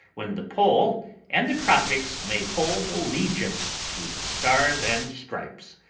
when the pole and the tropics may hold alliance to the stars and stripes.